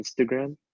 Instagram